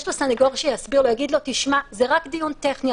יש לו סנגור שיסביר לו ויגידו לו: זה רק דיון טכני,